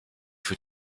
für